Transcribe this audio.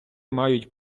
мають